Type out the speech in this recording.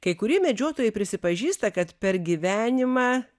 kai kurie medžiotojai prisipažįsta kad per gyvenimą